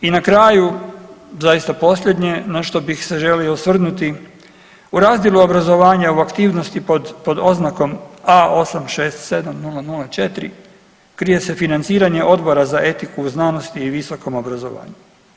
I na kraju zaista posljednje na što bih se želio osvrnuti, u razdjelu obrazovanja u aktivnosti pod, pod oznakom A867004 krije se financiranje Odbora za etiku, znanost i visokom obrazovanju.